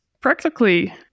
practically